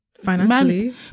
financially